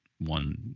One